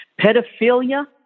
Pedophilia